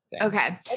Okay